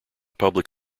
public